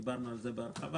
דיברנו על זה בהרחבה